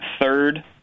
third